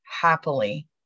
happily